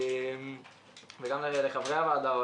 וגם לחברי הוועדה,